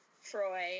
Freud